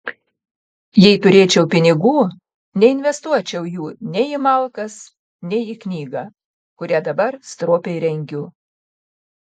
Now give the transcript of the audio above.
jei turėčiau pinigų neinvestuočiau jų nei į malkas nei į knygą kurią dabar stropiai rengiu